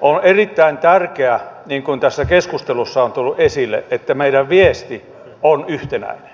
on erittäin tärkeää niin kuin tässä keskustelussa on tullut esille että meidän viestimme on yhtenäinen